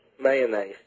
mayonnaise